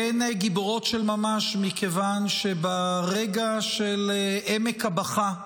הן גיבורות של ממש, מכיוון שברגע של עמק הבכא,